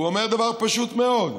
הוא אומר דבר פשוט מאוד: